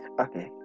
Okay